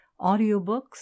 audiobooks